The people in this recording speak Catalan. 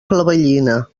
clavellina